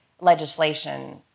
legislation